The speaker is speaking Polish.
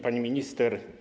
Pani Minister!